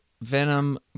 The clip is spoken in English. Venom